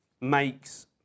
makes